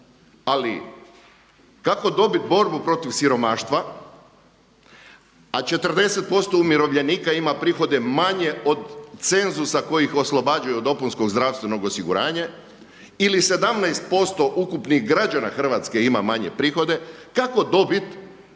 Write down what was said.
ali kako dobiti borbu protiv siromaštva a 40% umirovljenika ima prihode manje od cenzusa koji ih oslobađaju od dopunskog zdravstvenog osiguranja ili 17% ukupnih građana Hrvatske ima manje prihode. Kako dobit